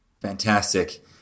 Fantastic